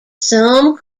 some